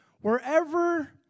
wherever